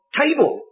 table